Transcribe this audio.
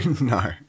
No